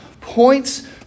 points